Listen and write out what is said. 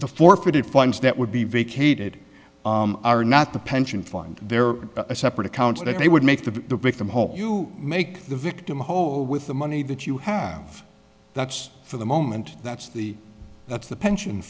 the forfeited funds that would be vacated are not the pension fund their separate accounts that they would make the victim hope you make the victim whole with the money that you have that's for the moment that's the that's the pension